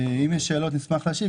אם יש שאלות נשמח להשיב,